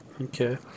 Okay